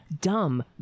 dumb